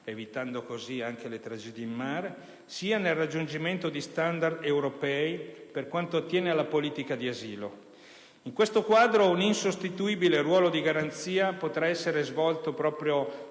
(evitando così anche le tragedie in mare), sia nel raggiungimento di standard europei per quanto attiene alla politica di asilo. In questo quadro, un insostituibile ruolo di garanzia potrà essere svolto proprio